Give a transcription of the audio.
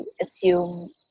assume